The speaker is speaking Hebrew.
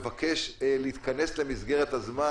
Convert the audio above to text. ובכל זאת אני מבקש להתכנס למסגרת הזמן,